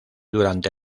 durante